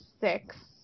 six